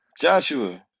Joshua